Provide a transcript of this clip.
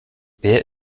wer